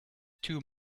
too